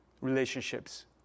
relationships